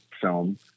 film